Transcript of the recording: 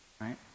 right